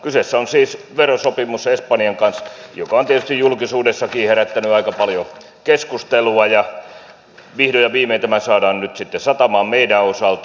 kyseessä on siis verosopimus espanjan kanssa joka on tietysti julkisuudessakin herättänyt aika paljon keskustelua ja vihdoin ja viimein tämä saadaan nyt sitten satamaan meidän osalta